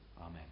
Amen